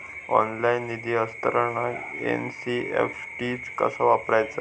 Online निधी हस्तांतरणाक NEFT कसा वापरायचा?